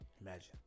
Imagine